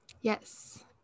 Yes